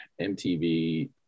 MTV